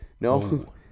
No